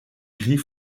gris